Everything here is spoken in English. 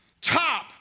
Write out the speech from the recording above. top